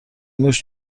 موش